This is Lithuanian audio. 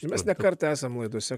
ir mes ne kartą esam laidose